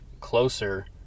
closer